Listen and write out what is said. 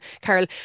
Carol